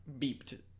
Beeped